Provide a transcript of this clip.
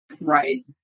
Right